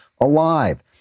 alive